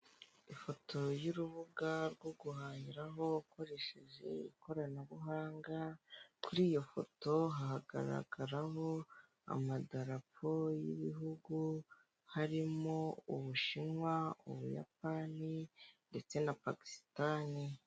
Ifoto y'urubuga rwo guhaniraho ukoresheje ikoranabuhanga. Kuri iyo foto hagaragaramo amadarapo y'ibihugu harimo u ubushinwa, ubuyapani, ndetse na pakistan.